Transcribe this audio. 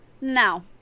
Now